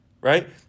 Right